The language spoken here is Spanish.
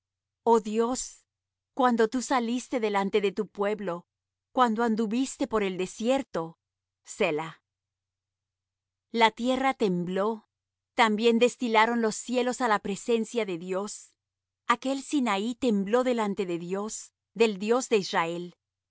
oh dios cuando tú saliste delante de tu pueblo cuando anduviste por el desierto selah la tierra tembló también destilaron los cielos á la presencia de dios aquel sinaí tembló delante de dios del dios de israel